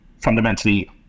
fundamentally